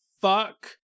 Fuck